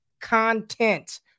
content